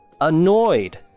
Annoyed